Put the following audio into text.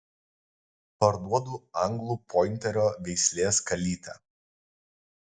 parduodu anglų pointerio veislės kalytę